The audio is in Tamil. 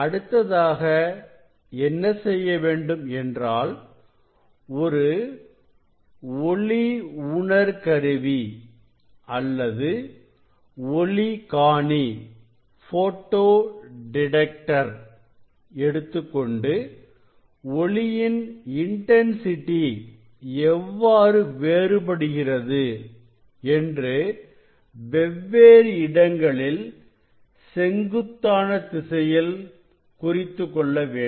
அடுத்ததாக என்ன செய்ய வேண்டும் என்றால் ஒரு ஒளி உணர்கருவி அல்லது ஒளி காணி எடுத்துக்கொண்டு ஒளியின் இன்டன்சிட்டி எவ்வாறு வேறுபடுகிறது என்று வெவ்வேறு இடங்களில் செங்குத்தான திசையில் குறித்துக்கொள்ள வேண்டும்